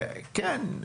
כן,